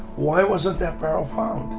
why wasn't that barrel found?